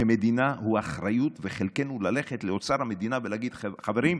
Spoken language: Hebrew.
כמדינה הוא אחריות וחלקנו ללכת לאוצר המדינה ולהגיד: חברים,